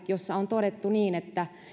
jossa on todettu että